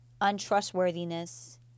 untrustworthiness